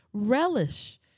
Relish